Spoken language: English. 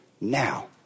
now